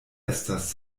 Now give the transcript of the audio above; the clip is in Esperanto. estas